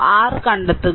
r കണ്ടെത്തുക